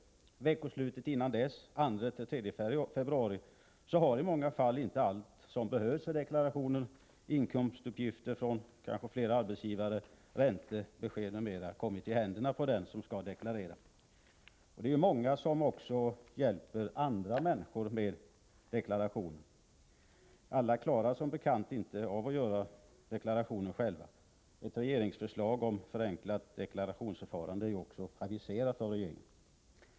Till veckoslutet dessförinnan, den 2-3 februari, har i många fall inte allt som behövs för deklarationen, inkomstuppgifter, kanske från flera arbetsgivare, räntebesked m.m., kommit i deklaranternas händer. Många hjälper dessutom andra med deklarationsarbetet. Alla klarar som bekant inte den uppgiften på egen hand — ett regeringsförslag om förenklat deklarationsförfarande är ju också aviserat från regeringen.